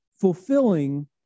fulfilling